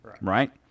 Right